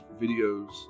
videos